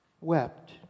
wept